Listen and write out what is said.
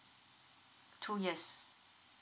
two years